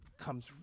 comes